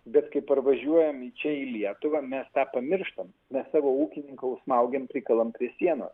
bet kai parvažiuoja į čia į lietuva mes tą pamirštam mes savo ūkininką užsmaugėm prikalam prie sienos